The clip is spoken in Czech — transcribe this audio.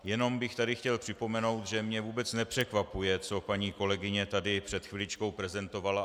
Jenom bych tady chtěl připomenout, že mě vůbec nepřekvapuje, co paní kolegyně tady před chviličkou prezentovala.